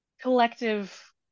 collective